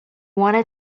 wanna